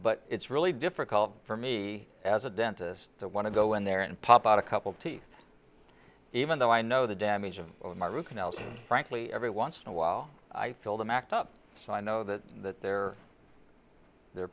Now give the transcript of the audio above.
but it's really difficult for me as a dentist to want to go in there and pop out a couple of teeth even though i know the damage of my root canals frankly every once in a while i fill them act up so i know that that they're they're